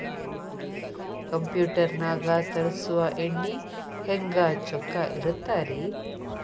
Computer ನಾಗ ತರುಸುವ ಎಣ್ಣಿ ಹೆಂಗ್ ಚೊಕ್ಕ ಇರತ್ತ ರಿ?